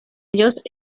ellos